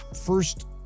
first